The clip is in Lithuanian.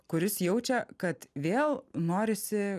kuris jaučia kad vėl norisi